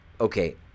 okay